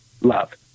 love